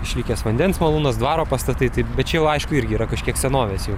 išlikęs vandens malūnas dvaro pastatai taip bet jau aišku irgi yra kažkiek senovės jau